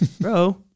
bro